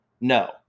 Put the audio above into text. No